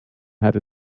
had